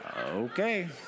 Okay